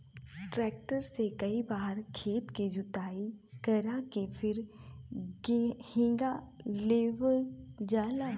tractor से कई बार खेत के जोताई करा के फिर हेंगा देवल जाला